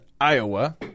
iowa